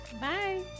Bye